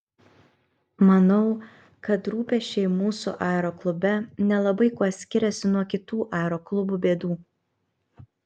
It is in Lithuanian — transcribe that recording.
manau kad rūpesčiai mūsų aeroklube nelabai kuo skiriasi nuo kitų aeroklubų bėdų